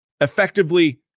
effectively